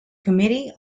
committee